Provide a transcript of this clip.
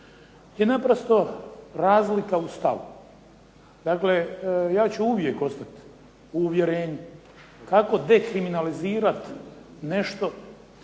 je naprosto razlika u stavu. Dakle, ja ću uvijek ostati u uvjerenju kako dekriminalizirati nešto